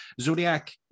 zodiac